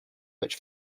which